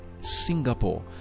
Singapore